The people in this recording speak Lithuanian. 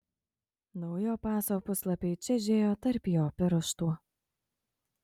naujo paso puslapiai čežėjo tarp jo pirštų